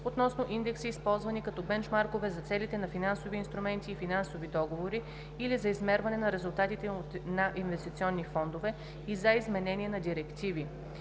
относно индекси, използвани като бенчмаркове за целите на финансови инструменти и финансови договори или за измерване на резултатите на инвестиционни фондове, и за изменение на директиви